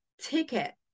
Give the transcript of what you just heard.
ticket